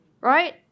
Right